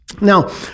now